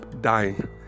Dying